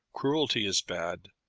cruelty is bad,